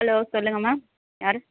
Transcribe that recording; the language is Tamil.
ஹலோ சொல்லுங்க மேம் யார்